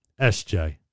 SJ